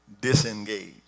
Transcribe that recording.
disengaged